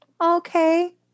Okay